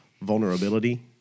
vulnerability